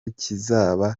kizaba